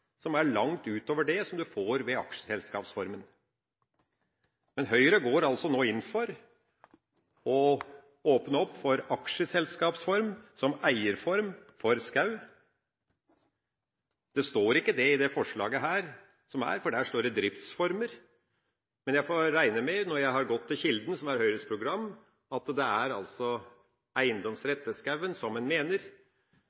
som går langt utover det som du får ved aksjeselskapsformen. Høyre går altså inn for å åpne opp for aksjeselskapsform som eierform for skog. Det er ikke det som står i dette forslaget, for der står det driftsformer. Jeg får regne med når jeg har gått til kilden – som er Høyres program – at det er